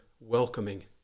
welcoming